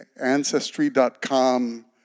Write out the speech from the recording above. Ancestry.com